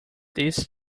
this